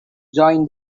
join